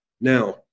Now